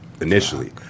initially